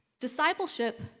Discipleship